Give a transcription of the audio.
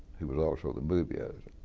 who was also the movie editor,